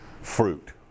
Fruit